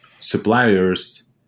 suppliers